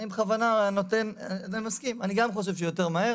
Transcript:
אני גם חושב שיותר מהר,